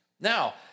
Now